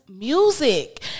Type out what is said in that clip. music